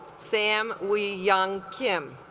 sam we young kim